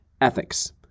ethics